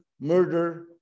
murder